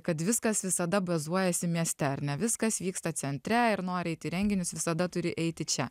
kad viskas visada bazuojasi mieste ar ne viskas vyksta centre ir nori eiti į renginius visada turi eiti čia